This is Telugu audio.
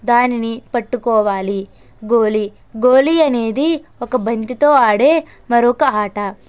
దానిని పట్టుకోవాలి గోలి గోలి అనేది ఒక బంతితో ఆడే మరొక ఆట